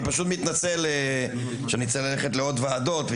אני פשוט מתנצל שאני צריך ללכת לעוד ועדות,